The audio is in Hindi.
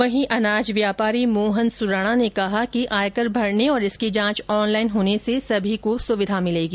वहीं अनाज व्यापारी मोहन सुराणा ने कहा कि आयकर भरने और इसकी जांच ऑनलाइन होने से सभी को सुविधा होगी